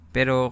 Pero